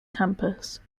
campus